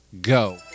go